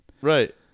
Right